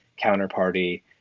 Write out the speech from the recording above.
counterparty